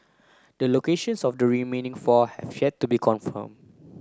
the locations of the remaining four have yet to be confirmed